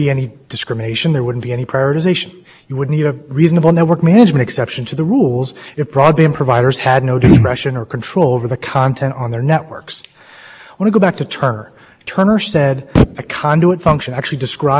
congress in one thousand nine hundred six you hear a lot about how they protected the internet they protected this will look at the statute read the statute information service is addressed in the statute internet access is addressed in the statute it should be telling